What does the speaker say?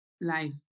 life